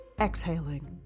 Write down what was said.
exhaling